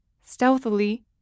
Stealthily